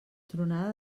tronada